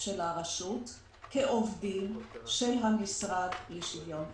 של הרשות כעובדים של המשרד לשוויון חברתי.